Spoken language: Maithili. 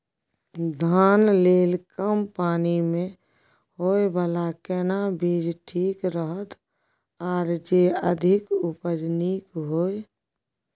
धान लेल कम पानी मे होयबला केना बीज ठीक रहत आर जे अधिक उपज नीक होय?